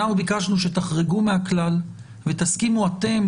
אנחנו ביקשנו שתחרגו מהכלל ותסכימו אתם